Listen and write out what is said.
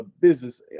business